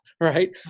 right